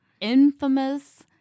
infamous